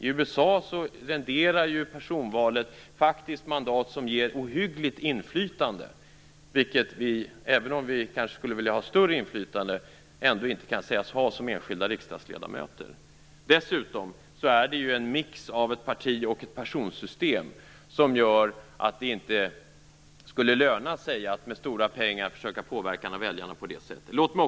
I USA renderar personvalet faktiskt mandat som ger ett ohyggligt inflytande. Även om vi skulle vilja ha större inflytande kan vi inte sägas ha ett sådant inflytande som enskilda riksdagsledamöter. Dessutom är detta en mix av ett partisystem och ett personsystem som gör att det inte skulle löna sig att försöka påverka väljarna på det här sättet med stora pengar.